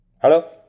Hello